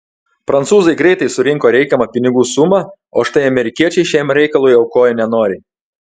prancūzai greitai surinko reikiamą pinigų sumą o štai amerikiečiai šiam reikalui aukojo nenoriai